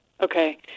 okay